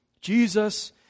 Jesus